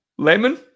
lemon